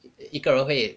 一个人会